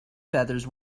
feathers